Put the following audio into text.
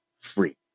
free